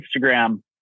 instagram